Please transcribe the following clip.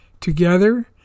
Together